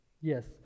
yes